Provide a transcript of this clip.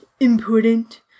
Important